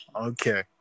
okay